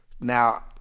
Now